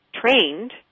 trained